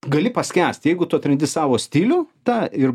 gali paskęst jeigu tu atrandi savo stilių tą ir